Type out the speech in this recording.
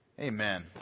Amen